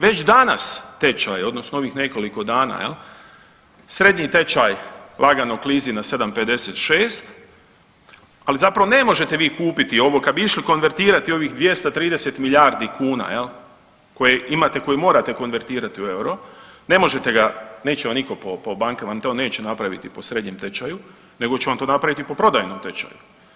Već danas tečaj odnosno ovih nekoliko dana jel srednji tečaj lagano klizi na 7,56, ali zapravo ne možete vi kupiti ovo, kad bi išli konvertirati ovih 230 milijardi kuna jel koje imate, koje morate konvertirati u euro, ne možete ga, neće vam niko po, po bankama vam to neće napraviti po srednjem tečaju nego će vam to napraviti po prodajnom tečaju.